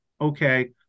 Okay